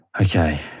Okay